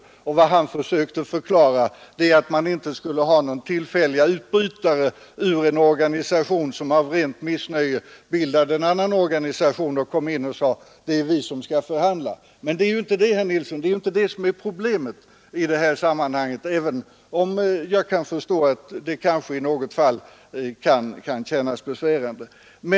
Vad herr Nilsson försökte förklara var att man inte skall ha några tillfälliga utbrytare ur en organisation som av rent missnöje bildar en annan organisation och säger: Det är vi som skall förhandla. Men det är ju inte detta som är problemet i det här sammanhanget, herr Nilsson, även om jag kan förstå att det i något fall kanske känns besvärande.